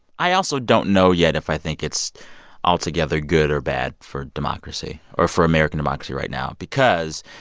i also don't know yet if i think it's altogether good or bad for democracy or for american democracy right now because,